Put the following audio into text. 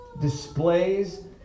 displays